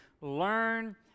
learn